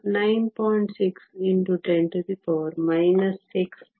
6 10 6 ಆಗಿದೆ